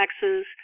taxes